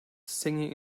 singing